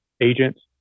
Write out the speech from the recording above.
Agents